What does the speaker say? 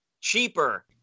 cheaper